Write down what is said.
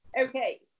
Okay